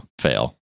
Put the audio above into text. Fail